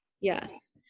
Yes